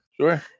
Sure